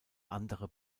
andere